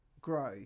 grow